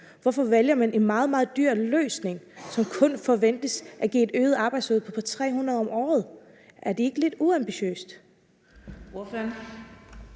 Hvorfor vælger man en meget, meget dyr løsning, som kun forventes at give et øget arbejdsudbud på 300 om året. Er det ikke lidt uambitiøst?